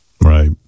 Right